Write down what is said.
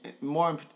more